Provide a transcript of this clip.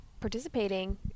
participating